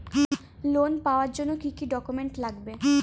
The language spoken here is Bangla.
লোন পাওয়ার জন্যে কি কি ডকুমেন্ট লাগবে?